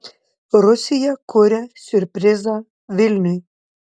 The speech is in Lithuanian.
rusija kuria siurprizą vilniui